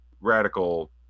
radical